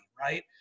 right